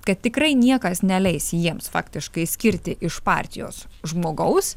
kad tikrai niekas neleis jiems faktiškai skirti iš partijos žmogaus